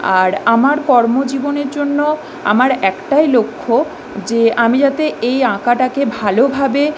আর আমার কর্মজীবনের জন্য আমার একটাই লক্ষ্য যে আমি যাতে এই আঁকাটাকে ভালোভাবে